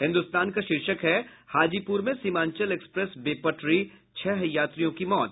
हिन्दुस्तान का शीर्षक है हाजीपुर में सीमांचल एक्सप्रेस बेपटरी छह यात्रियों की मौत